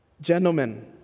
gentlemen